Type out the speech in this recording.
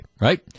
right